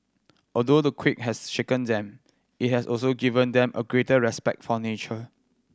although the quake has shaken them it has also given them a greater respect for nature